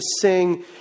sing